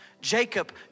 Jacob